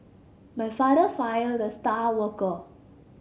my father fired the star worker